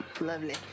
Lovely